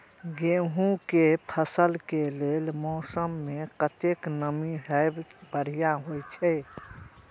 गेंहू के फसल के लेल मौसम में कतेक नमी हैब बढ़िया होए छै?